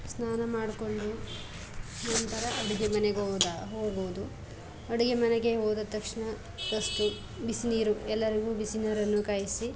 ಸ್ನಾನ ಮಾಡಿಕೊಂಡು ನಂತರ ಅಡುಗೆ ಮನೆಗೋಗೋದು ಹೋಗುವುದು ಅಡುಗೆ ಮನೆಗೆ ಹೋದ ತಕ್ಷಣ ಪಸ್ಟು ಬಿಸಿನೀರು ಎಲ್ಲರಿಗೂ ಬಿಸಿನೀರನ್ನು ಕಾಯಿಸಿ